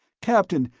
captain,